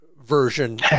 version